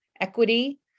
equity